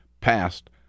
passed